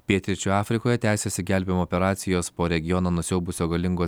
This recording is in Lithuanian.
pietryčių afrikoje tęsiasi gelbėjimo operacijos po regioną nusiaubusio galingo